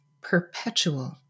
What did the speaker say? perpetual